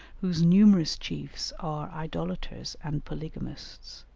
whose numerous chiefs are idolaters and polygamists.